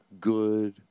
good